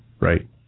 Right